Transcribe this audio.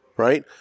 Right